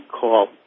call